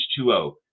h2o